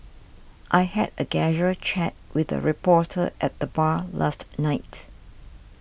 I had a casual chat with a reporter at the bar last night